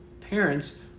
parents